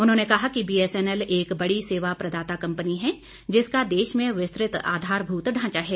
उन्होंने कहा कि बीएसएनएल एक बड़ी सेवा प्रदाता कम्पनी है जिसका देश में विस्तृत आधारभूत ढांचा है